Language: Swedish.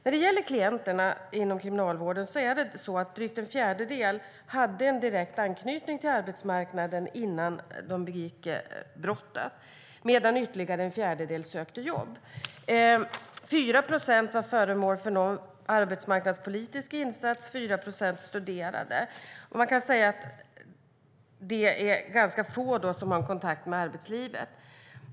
När det gäller klienterna inom Kriminalvården saknade drygt en fjärdedel direkt anknytning till arbetsmarknaden när brottet begicks, ytterligare en fjärdedel sökte jobb, 4 procent var föremål för en arbetsmarknadspolitisk insats och 4 procent studerade. Man kan säga att ganska få hade kontakt med arbetslivet.